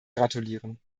gratulieren